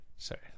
Sorry